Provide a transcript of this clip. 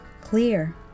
clear